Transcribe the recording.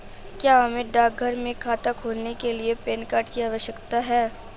क्या हमें डाकघर में खाता खोलने के लिए पैन कार्ड की आवश्यकता है?